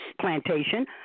plantation